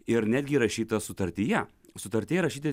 ir netgi įrašyta sutartyje sutartyje įrašyti